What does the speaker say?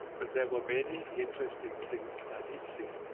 but there were many interesting things i did see.